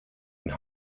and